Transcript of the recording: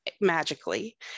magically